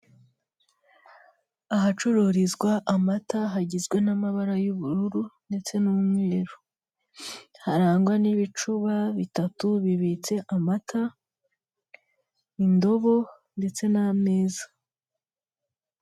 Ahacururizwa amata hagizwe n'amabara y'ubururu ndetse n'umweru, harangwa n'ibicuba bitatu bibitse amata indobo ndetse n'ameza.